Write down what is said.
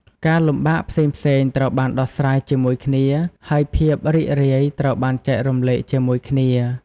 ការលំបាកផ្សេងៗត្រូវបានដោះស្រាយជាមួយគ្នា ហើយភាពរីករាយត្រូវបានចែករំលែកជាមួយគ្នា។